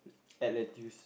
add lettuce